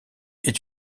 est